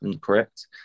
correct